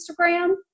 Instagram